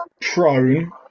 prone